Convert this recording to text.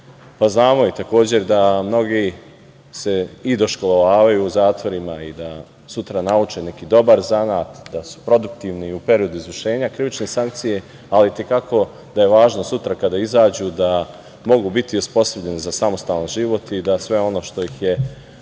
Znamo i takođe da se mnogi i doškolovavaju u zatvorima i da sutra nauče neki dobar zanat, da su produktivni u periodu izvršenja krivične sankcije, ali i te kako da je važno sutra kada izađu da mogu biti osposobljeni za samostalan život i da sve ono što ih je